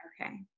Okay